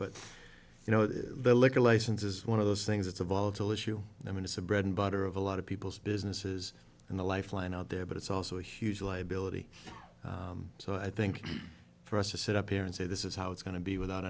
but you know the liquor license is one of those things it's a volatile issue and i mean it's a bread and butter of a lot of people's businesses and the lifeline out there but it's also a huge liability so i think for us to sit up here and say this is how it's going to be without